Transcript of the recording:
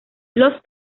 los